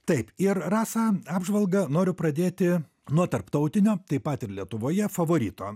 taip ir rasa apžvalgą noriu pradėti nuo tarptautinio taip pat ir lietuvoje favorito